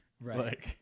Right